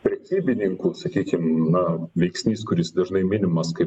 prekybininkų sakykim na veiksnys kuris dažnai minimas kaip